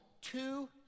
two